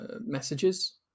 messages